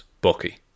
Bucky